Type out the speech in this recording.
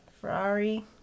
Ferrari